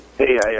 Hey